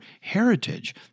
heritage